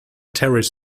terrace